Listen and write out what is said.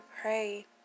pray